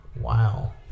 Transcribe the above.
Wow